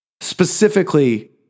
Specifically